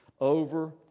over